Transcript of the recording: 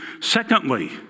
Secondly